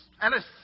Alice